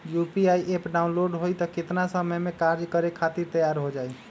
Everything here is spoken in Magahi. यू.पी.आई एप्प डाउनलोड होई त कितना समय मे कार्य करे खातीर तैयार हो जाई?